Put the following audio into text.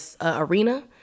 arena